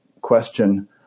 question